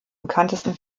bekanntesten